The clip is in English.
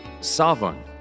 Savan